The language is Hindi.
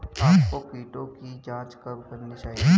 आपको कीटों की जांच कब करनी चाहिए?